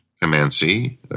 Command-C